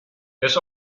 his